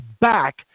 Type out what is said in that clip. back